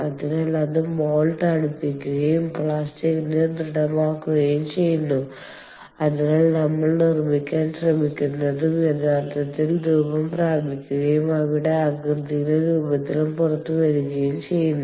അതിനാൽ അത് മോൾഡ് തണുപ്പിക്കുകയും പ്ലാസ്റ്റിക്കിനെ ദൃഢമാക്കുകയും ചെയ്യുന്നു അതിനാൽ നമ്മൾ നിർമ്മിക്കാൻ ശ്രമിക്കുന്നതെന്തും യഥാർത്ഥത്തിൽ രൂപം പ്രാപിക്കുകയും അവയുടെ ആകൃതിയിലും രൂപത്തിലും പുറത്തുവരുകയും ചെയ്യുന്നു